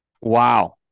Wow